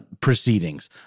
proceedings